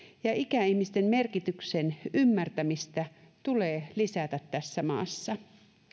ja ikäihmisten merkityksen ymmärtämistä tulee lisätä tässä maassa